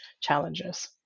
challenges